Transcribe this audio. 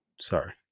Sorry